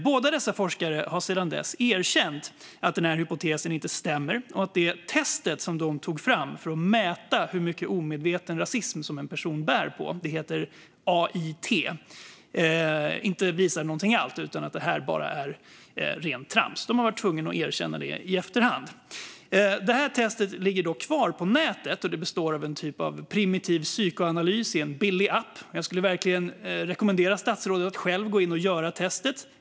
Båda dessa forskare har sedan dess erkänt att den här hypotesen inte stämmer och att det test som de tog fram för att mäta hur mycket omedveten rasism som en person bär på, vilket heter AIT, inte visar någonting alls, utan att detta bara är rent trams. De har varit tvungna att erkänna det i efterhand. Testet ligger dock kvar på nätet. Det består av en typ av primitiv psykoanalys i en billig app. Jag skulle verkligen rekommendera statsrådet att själv gå in och göra testet.